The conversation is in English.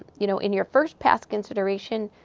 you know in your first-pass consideration,